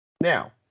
Now